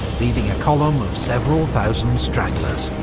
leading a column of several thousand stragglers.